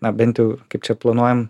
na bent jau kaip čia planuojam